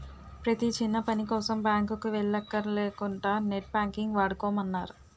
ప్రతీ చిన్నపనికోసం బాంకుకి వెల్లక్కర లేకుంటా నెట్ బాంకింగ్ వాడుకోమన్నారు